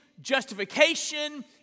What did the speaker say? justification